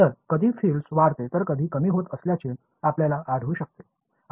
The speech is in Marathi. तर कधी फील्ड्स वाढते तर कधी कमी होत असल्याचे आपल्याला आढळू शकते